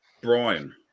Brian